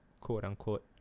quote-unquote